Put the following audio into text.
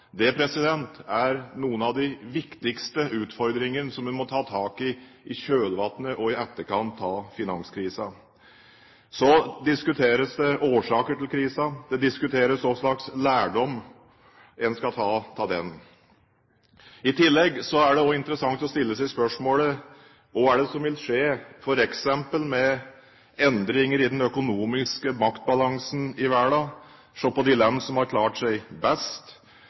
Det er noen av de viktigste utfordringene som vi må ta tak i i kjølvannet og i etterkant av finanskrisen. Så diskuteres det årsaker til krisen, og det diskuteres hva slags lærdom en skal ta av den. I tillegg er det også interessant å stille seg spørsmålet: Hva er det som vil skje f.eks. med endringer i den økonomiske maktbalansen i verden – se på de land som har klart seg best?